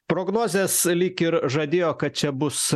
prognozės lyg ir žadėjo kad čia bus